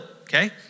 okay